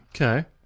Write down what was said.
Okay